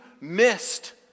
missed